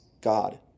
God